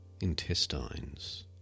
Intestines